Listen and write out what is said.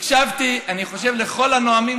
הקשבתי אני חושב לכל הנואמים,